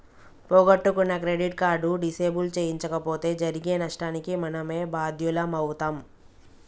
పోగొట్టుకున్న credit card disable చేయించకపోతే జరిగే నష్టానికి మనమే బాధ్యులమవుతం